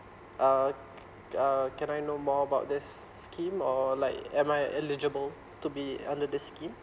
uh uh can I know more about this scheme or like am I eligible to be under this scheme